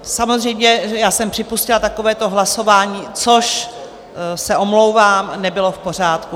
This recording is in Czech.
Samozřejmě já jsem připustila takovéto hlasování, což se omlouvám, nebylo v pořádku.